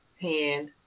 hand